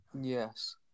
Yes